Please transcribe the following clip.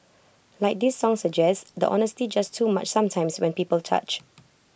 like this song suggests the honesty's just too much sometimes when people touch